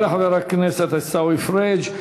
תודה לחבר הכנסת עיסאווי פריג'.